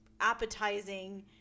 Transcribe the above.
Appetizing